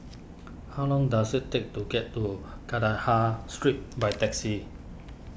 how long does it take to get to Kandahar Street by taxi